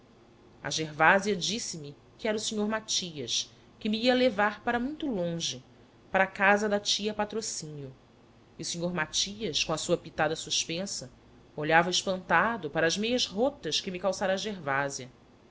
a gervásia disse-me que era o senhor matias que me ia levar para muito longe para casa da tia patrocínio e o senhor matias com a sua pitada suspensa olhava espantado para as meias rotas que me calçara a gervásia